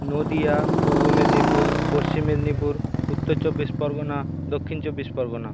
Nadia Purba Medinipur Paschim Medinipur Uttar Chabbish Pargana Dakshin Chabbish Pargana